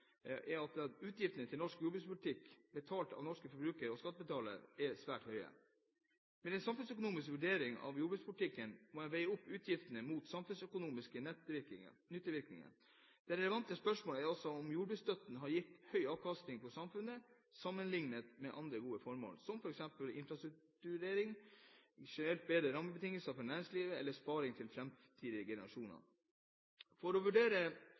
1970-tallet, at utgiftene til norsk jordbrukspolitikk – betalt av norske forbrukere og skattebetalere – er svært høye. Men i en samfunnsøkonomisk vurdering av jordbrukspolitikken må en veie utgiftene opp mot samfunnsøkonomiske nyttevirkninger. Det relevante spørsmålet er altså om jordbruksstøtten har gitt høy avkastning for samfunnet sammenlignet med andre gode formål, som f.eks. infrastrukturinvesteringer, generelt bedre rammebetingelser for næringslivet eller sparing til framtidige generasjoner. For å vurdere